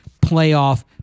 playoff